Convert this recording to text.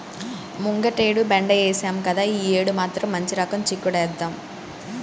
ముంగటేడు బెండ ఏశాం గదా, యీ యేడు మాత్రం మంచి రకం చిక్కుడేద్దాం